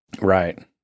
Right